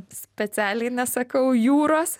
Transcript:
specialiai nesakau jūros